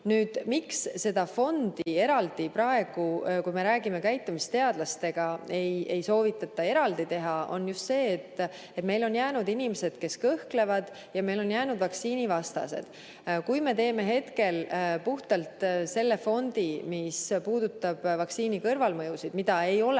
Nüüd, miks seda fondi praegu, kui me räägime käitumisteadlastega, ei soovitata eraldi teha, on just see, et meil on jäänud inimesed, kes kõhklevad, ja meil on jäänud vaktsiinivastased. Kui me teeme hetkel puhtalt selle fondi, mis puudutab vaktsiini kõrvalmõjusid, mida ei ole